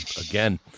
again